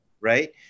right